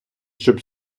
щоб